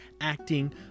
acting